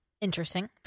Interesting